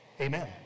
Amen